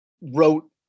wrote